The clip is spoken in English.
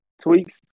tweaks